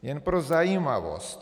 Jen pro zajímavost